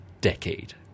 decade